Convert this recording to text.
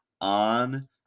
on